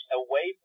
away